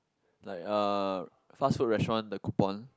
like uh fast food restaurant the coupon